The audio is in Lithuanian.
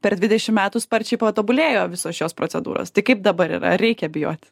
per dvidešim metų sparčiai patobulėjo visos šios procedūros tai kaip dabar ar reikia bijot